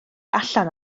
allan